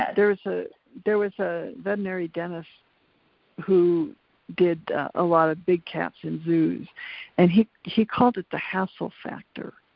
there was ah there was a veterinary dentist who did a lot of big cats in zoos and he he called it the hassle factor.